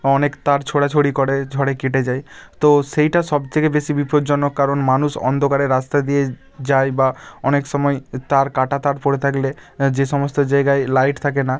অনেক তার ছোঁড়াছুড়ি করে ঝড়ে কেটে যায় তো সেইটা সব থেকে বেশি বিপদজনক কারণ মানুষ অন্ধকারে রাস্তা দিয়ে যায় বা অনেক সময় তার কাটা তার পড়ে থাকলে যে সমস্ত জায়গায় লাইট থাকে না